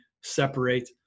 separate